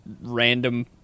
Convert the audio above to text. random